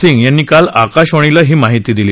सिंग यांनी काल आकाशवाणीला ही माहिती दिली